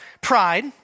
pride